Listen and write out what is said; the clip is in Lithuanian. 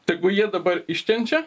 tegu jie dabar iškenčia